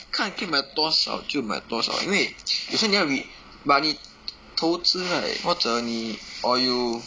看可以买多少就买多少因为有些你看你 but 你投资 right 或者你 or you